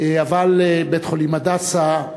אבל בית-חולים "הדסה"